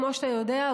כמו שאתה יודע,